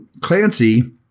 Clancy